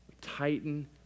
tighten